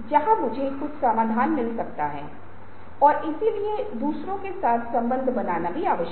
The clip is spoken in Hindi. इसलिए यह मध्यस्थता सतह निर्धारित करती है कि इस सतह से परे एक वास्तविक मैं हूँ